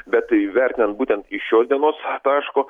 bet tai vertinant būtent iš šios dienos taško